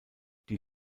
die